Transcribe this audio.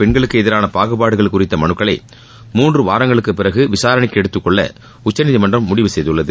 பெண்களுக்கு எதிரான பாகுபாடுகள் குறித்த மனுக்களை மூன்று வாரங்களுக்குப் பிறகு விசாரணைக்கு எடுத்துக் கொள்ள உச்சநீதிமன்றம் முடிவு செய்துள்ளது